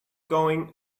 going